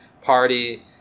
party